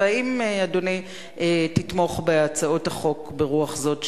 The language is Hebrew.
האם, אדוני, תתמוך בהצעות החוק ברוח זאת שהגשנו,